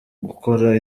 gukora